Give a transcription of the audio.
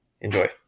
Enjoy